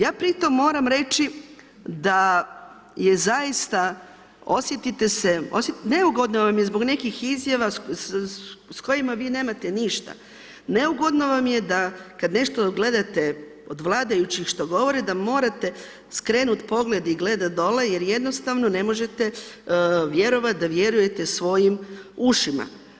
Ja pri tome moram reći da je zaista osjetite se, neugodno vam je zbog nekih izjava s kojima vi nemate ništa, neugodno vam je da kad nešto gledate od vladajućih što govore da morate skrenut pogled i gledat dole jer jednostavno ne možete vjerovat da vjerujete svojim ušima.